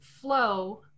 flow